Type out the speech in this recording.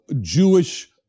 Jewish